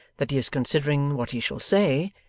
that he is considering what he shall say,